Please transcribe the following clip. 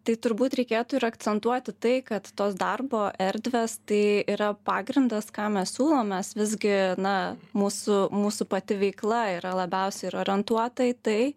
tai turbūt reikėtų ir akcentuoti tai kad tos darbo erdvės tai yra pagrindas ką mes siūlom mes visgi na mūsų mūsų pati veikla yra labiausiai ir orientuota į tai